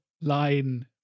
line